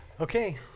Okay